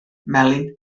melin